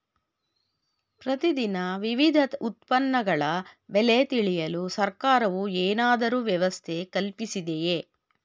ಪ್ರತಿ ದಿನ ವಿವಿಧ ಉತ್ಪನ್ನಗಳ ಬೆಲೆ ತಿಳಿಯಲು ಸರ್ಕಾರವು ಏನಾದರೂ ವ್ಯವಸ್ಥೆ ಕಲ್ಪಿಸಿದೆಯೇ?